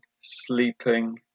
sleeping